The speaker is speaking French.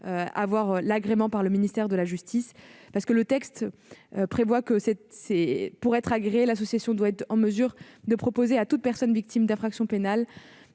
obtenir l'agrément du ministère de la justice, le texte prévoyant que, pour être agréée, l'association doit être en mesure de proposer à toute personne victime d'une infraction pénale